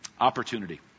Opportunity